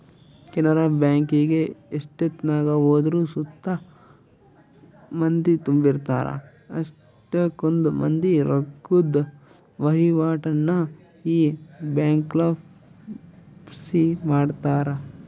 ಕೆನರಾ ಬ್ಯಾಂಕಿಗೆ ಎಷ್ಟೆತ್ನಾಗ ಹೋದ್ರು ಸುತ ಮಂದಿ ತುಂಬಿರ್ತಾರ, ಅಷ್ಟಕೊಂದ್ ಮಂದಿ ರೊಕ್ಕುದ್ ವಹಿವಾಟನ್ನ ಈ ಬ್ಯಂಕ್ಲಾಸಿ ಮಾಡ್ತಾರ